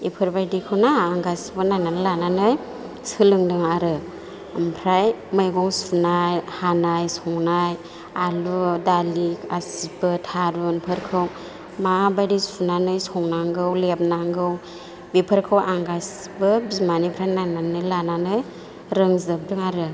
बेफोरबायदिखौना आं गासैबो नायनानै लानानै सोलोंदों आरो ओमफ्राय मैगं सुनाय हानाय संनाय आलु दालि गासैबो थारुनफोरखौ माबायदि सुनानै संनांगौ लेबनांगौ बेफोरखौ आं गासैबो बिमानिफ्राय नायनानै लानानै रोंजोबदों आरो